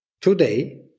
Today